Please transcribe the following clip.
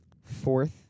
fourth